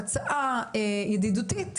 הצעה ידידותית